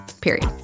period